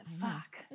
Fuck